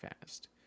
fast